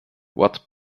what